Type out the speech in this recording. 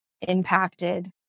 impacted